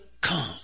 come